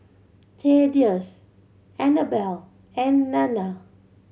Thaddeus Anabel and Nana